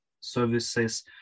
services